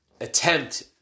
attempt